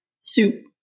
soup